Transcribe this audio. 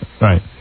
right